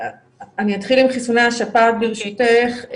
אני אתחיל עם חיסוני השפעת, ברשותך.